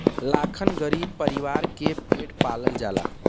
लाखन गरीब परीवार के पेट पालल जाला